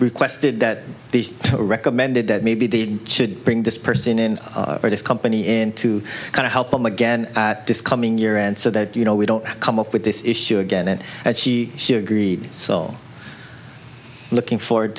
requested that the recommended that maybe they should bring this person in or this company in to kind of help them again this coming year and so that you know we don't come up with this issue again and that she should agree so looking forward